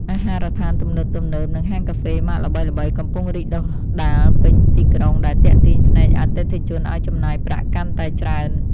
អាហារដ្ឋានទំនើបៗនិងហាងកាហ្វេម៉ាកល្បីៗកំពុងរីកដុះដាលពេញទីក្រុងដែលទាក់ទាញភ្នែកអតិថិជនឱ្យចំណាយប្រាក់កាន់តែច្រើន។